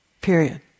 period